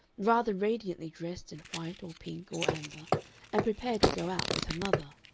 rather radiantly dressed in white or pink or amber and prepared to go out with her mother.